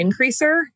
increaser